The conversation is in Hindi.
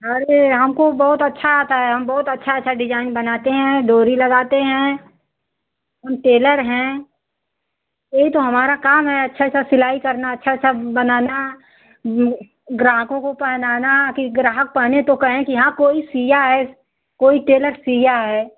अरे हमको बहुत अच्छा आता है हम बहुत अच्छा अच्छा डिजाइन बनाते हैं डोरी लगाते हैं हम टेलर हैं यही तो हमारा काम है अच्छा अच्छा सिलाई करना अच्छा अच्छा बनाना ग्राहकों को पहनाना कि ग्राहक पहने तो कहें कि हाँ कोई सिया है कोई टेलर सिया है